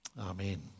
Amen